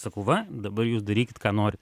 sakau va dabar jūs darykit ką norit